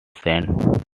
saint